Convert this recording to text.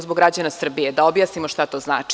Zbog građana Srbije da objasnimo šta to znači.